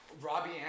Robbie